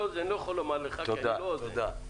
תודה.